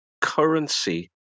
currency